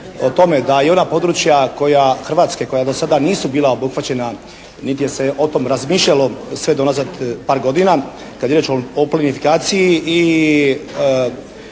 o tome da i ona područja koja, Hrvatske koja do sada nisu bila obuhvaćena niti se o tome razmišljalo sve do nazad par godina kad je riječ o plinifikaciji